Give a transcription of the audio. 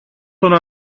τον